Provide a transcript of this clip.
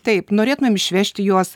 taip norėtumėm išvežti juos